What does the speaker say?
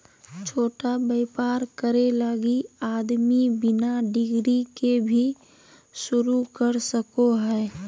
छोटा व्यापर करे लगी आदमी बिना डिग्री के भी शरू कर सको हइ